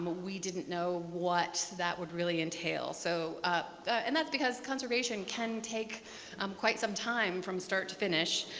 um ah we didn't know what that would really entail. so ah and that's because conservation can take um quite some time from start to finish.